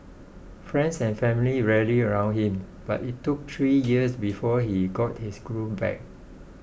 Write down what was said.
friends and family rallied around him but it took three years before he got his groove back